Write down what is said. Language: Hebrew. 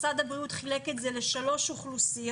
משרד הבריאות חילק את ה ל-3 אוכלוסיות: